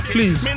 Please